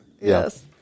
Yes